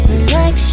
Relax